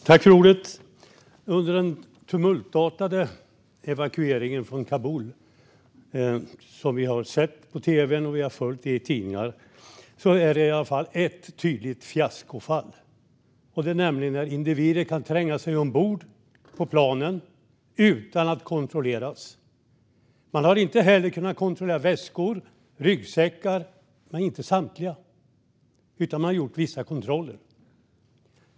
Fru talman! Under den tumultartade evakueringen från Kabul som vi har sett på tv och kunnat följa i tidningar inträffade ett tydligt fiasko. Det visade sig nämligen att individer kunde tränga sig ombord på planen utan att kontrolleras. Man har inte heller kunnat kontrollera väskor och ryggsäckar. Man har gjort vissa kontroller, men man har inte kunnat kontrollera samtliga.